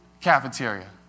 cafeteria